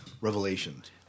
revelations